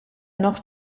noch